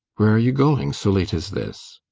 where are you going, so late as this?